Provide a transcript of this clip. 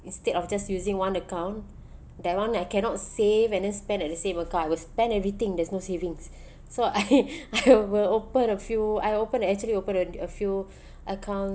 instead of just using one account that one I cannot save and spend at the same account I will spend everything there's no savings so I I will open a few I open actually opened a a few account